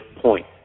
point